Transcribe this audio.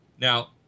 Now